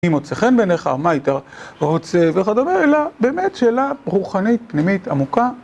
אם מוצא חן בעיניך, מה איתך רוצה וכדומה, אלא באמת שאלה רוחנית פנימית עמוקה.